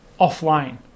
offline